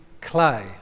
clay